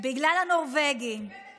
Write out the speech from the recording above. זה לא בגלל הנורבגי, בגלל הנורבגי.